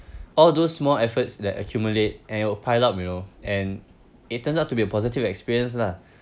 all those small efforts that accumulate and it will pile up you know and it turned out to be a positive experience lah